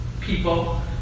people